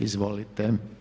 Izvolite.